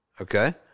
Okay